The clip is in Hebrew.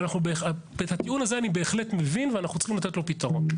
אבל את הטיעון הזה אני בהחלט מבין ואנחנו צריכים לתת לו פתרון.